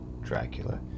dracula